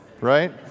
right